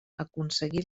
aconseguí